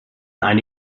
eine